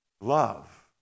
Love